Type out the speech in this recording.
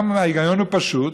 גם ההיגיון הפשוט,